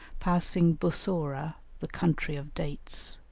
passing bussorah, the country of dates.